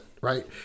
right